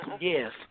yes